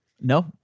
No